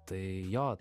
tai jo